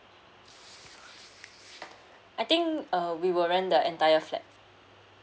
I think uh we will rent the entire flat